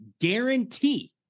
Guarantee